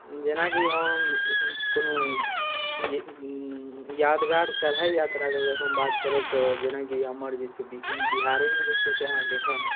जेनाकि हम कोनो यादगार चढ़ाइ यात्राके अगर हम बात करब तऽ जेनाकि हमर जे छै बिह बिहारेमे जे छै से अहाँके एखन